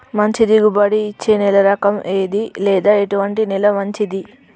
మంచి దిగుబడి ఇచ్చే నేల రకం ఏది లేదా ఎటువంటి నేల మంచిది?